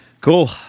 cool